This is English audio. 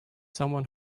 someone